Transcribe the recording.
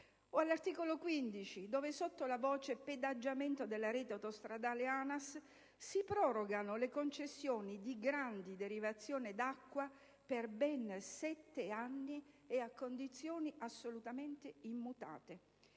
all'articolo 15, nel quale, sotto la voce «Pedaggiamento della rete autostradale ANAS», si prorogano le concessioni di grandi derivazioni d'acqua per ben sette anni e a condizioni assolutamente immutate.